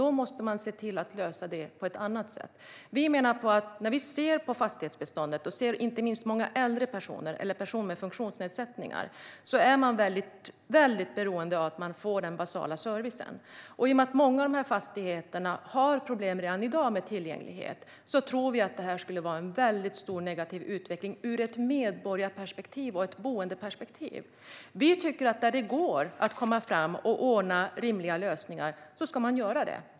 Det får man se till att lösa på ett annat sätt. Väldigt många äldre personer och personer med funktionsnedsättningar är beroende av att få den basala servicen. I och med att många fastigheter redan i dag har problem med tillgänglighet tror vi att detta skulle blir en mycket negativ utveckling ur ett medborgar och boendeperspektiv. Där det går att komma fram och ordna rimliga lösningar ska man göra det.